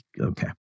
Okay